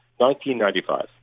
1995